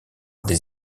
des